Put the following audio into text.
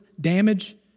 damage